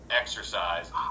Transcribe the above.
exercise